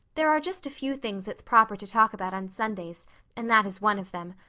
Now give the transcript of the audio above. there are just a few things it's proper to talk about on sundays and that is one of them.